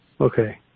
Okay